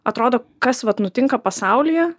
atrodo kas vat nutinka pasaulyje